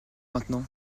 maintenant